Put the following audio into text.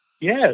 Yes